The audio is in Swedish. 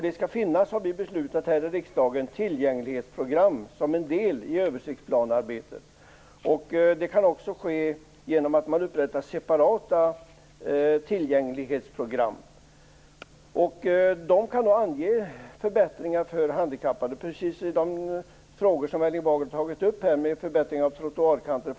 Riksdagen har beslutat att det skall finnas tillgänglighetsprogram som en del i översiktsplanearbetet. Det kan också ske genom att man upprättar separata tillgänglighetsprogram. De skall ange förbättringar för handikappade - precis som Erling Bager här har tagit upp - i form av bl.a. förbättringar av trottoarkanter.